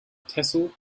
tehsil